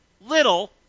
little